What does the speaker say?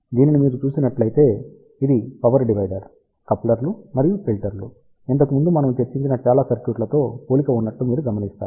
దీనిని మీరు చూసినట్లయితే ఇది పవర్ డివైడర్లుకప్లర్లు మరియు ఫిల్టర్లు ఇంతకుముందు మనము చర్చించిన చాలా సర్క్యూట్లతో పోలిక ఉన్నట్లు మీరు గమనిస్తారు